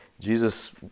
Jesus